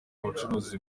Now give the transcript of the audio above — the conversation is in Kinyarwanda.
ubucuruzi